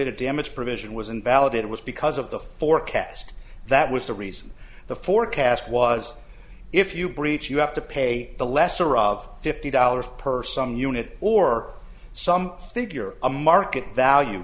d damages provision was invalidated was because of the forecast that was the reason the forecast was if you breach you have to pay the lesser of fifty dollars per some unit or some figure a market value